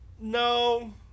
No